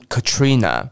Katrina 。